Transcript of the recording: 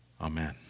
Amen